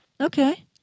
Okay